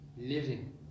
living